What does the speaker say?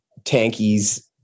tankies